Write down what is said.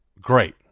great